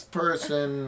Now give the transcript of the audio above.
person